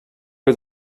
was